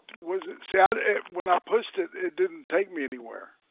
was it sad it when i pushed it it didn't take me anywhere